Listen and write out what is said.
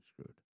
screwed